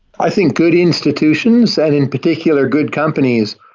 i think good institutions, and in particular good companies,